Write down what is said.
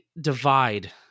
divide